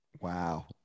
Wow